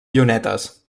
llunetes